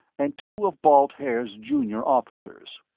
and two of balt haer's junior officers.